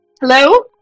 Hello